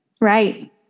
Right